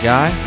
Guy